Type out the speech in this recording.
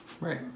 Right